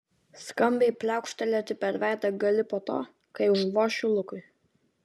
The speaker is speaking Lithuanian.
skambiai pliaukštelėti per veidą gali po to kai užvošiu lukui